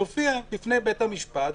תופיע בפני בית המשפט,